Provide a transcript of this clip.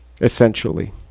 essentially